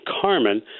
Carmen